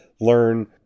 learn